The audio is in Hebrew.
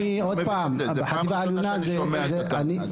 זה פעם ראשונה שאני שומע את הטענות האלה.